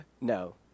No